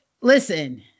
Listen